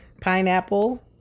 Pineapple